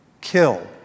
Kill